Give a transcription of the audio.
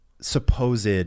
supposed